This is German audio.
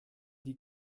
die